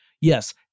Yes